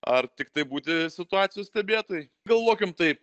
ar tiktai būti situacijų stebėtojai galvokim taip